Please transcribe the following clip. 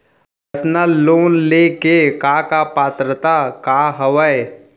Personal loan ले के का का पात्रता का हवय?